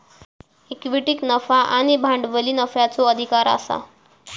इक्विटीक नफा आणि भांडवली नफ्याचो अधिकार आसा